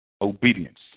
Obedience